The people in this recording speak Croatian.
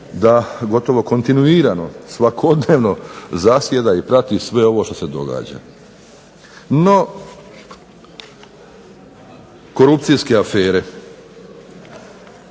da gotovo kontinuirao svakodnevno zasjeda i prati sve ovo što se događa. NO, korupcijske afere,